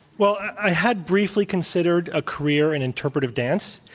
well, i had briefly considered a career in interpretive dance.